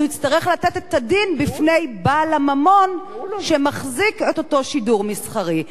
אז הוא יצטרך לתת את הדין בפני בעל הממון שמחזיק את אותו שידור מסחרי.